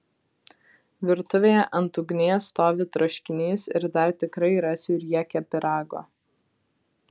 virtuvėje ant ugnies stovi troškinys ir dar tikrai rasiu riekę pyrago